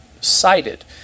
cited